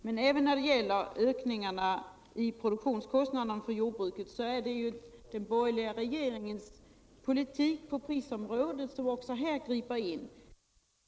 Men även när det gäller ökningarna i produktionskostnaderna för jordbruket är det den borgerliga regeringens politik på prisområdet som också här inverkar. Vi skulle behöva mycket mer av aktiv priskontrol!